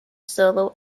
solo